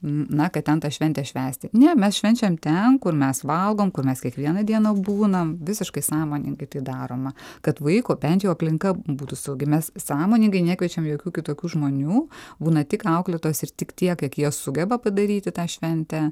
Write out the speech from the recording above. na kad ten tą šventę švęsti ne mes švenčiam ten kur mes valgom kur mes kiekvieną dieną būnam visiškai sąmoningai tai daroma kad vaiko bent jau aplinka būtų saugi mes sąmoningai nekviečiam jokių kitokių žmonių būna tik auklėtojos ir tik tiek kiek jie sugeba padaryti tą šventę